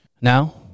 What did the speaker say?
Now